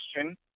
question